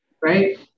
right